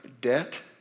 debt